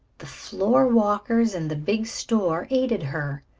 the floor-walkers in the big store aided her,